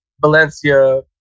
Valencia